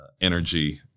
energy